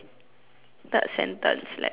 third sentence let me see